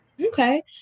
Okay